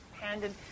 handed